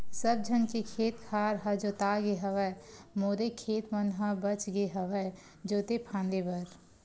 सब झन के खेत खार ह जोतागे हवय मोरे खेत मन ह बचगे हवय जोते फांदे बर